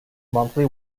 monthly